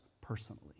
personally